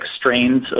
strains